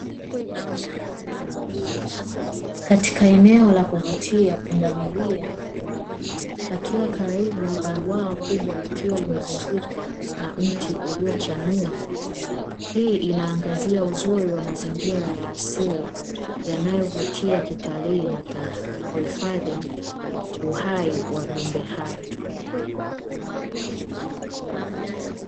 Katika eneo la kuvutia pundamilia akiwa karibu na bwawa kubwa likiwa limezungukwa na mti uliyochanua, hii inaangazia uzuri wa mazingira ya asili yanayovutia kitalii na kuhifadhi uhai wa viumbe hai.